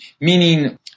meaning